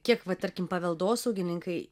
kiek va tarkim paveldosaugininkai